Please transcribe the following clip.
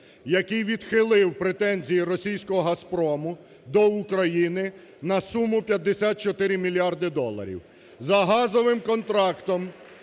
який відхилив претензії російського "Газпрому" до України на суму 54 мільярди доларів. За газовим контрактом,